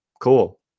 cool